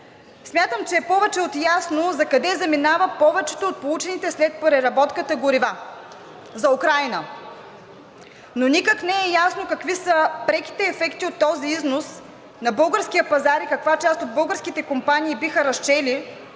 Смятам, че е повече от ясно закъде заминава повече от получените след преработката горива. За Украйна! Но никак не е ясно какви са преките ефекти от този износ на българския пазар и каква част от българските компании биха разчели,